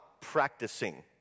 practicing